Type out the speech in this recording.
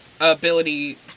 ability